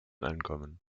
ankommen